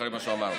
אחרי מה שהוא אמר.